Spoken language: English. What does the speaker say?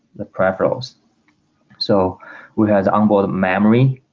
the craft rose so we had onboard memory